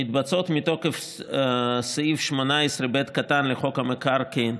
הן מתבצעות מתוקף סעיף 18(ב) לחוק המקרקעין,